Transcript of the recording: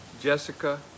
jessica